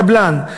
של הקבלן.